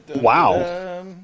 Wow